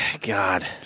God